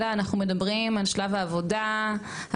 אלא אנחנו מדברים על שלב העבודה הרציפה,